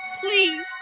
Please